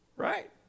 Right